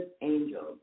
angels